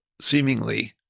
seemingly